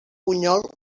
bunyol